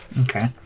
Okay